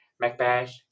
Macbeth